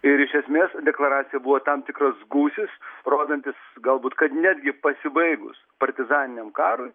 ir iš esmės deklaracija buvo tam tikras gūsis rodantis galbūt kad netgi pasibaigus partizaniniam karui